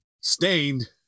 Stained